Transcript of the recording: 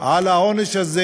על העונש הזה,